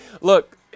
Look